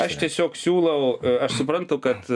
aš tiesiog siūlau aš suprantu kad